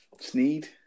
Sneed